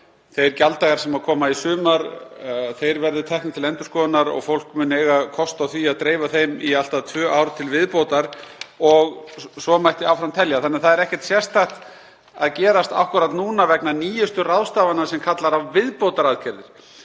þeir gjalddagar sem koma í sumar verði teknir til endurskoðunar og fólk muni eiga kost á því að dreifa þeim í allt að tvö ár til viðbótar. Og svo mætti áfram telja. Það er því ekkert sérstakt að gerast akkúrat núna vegna nýjustu ráðstafana sem kallar á viðbótaraðgerðir.